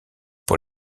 pour